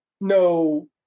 no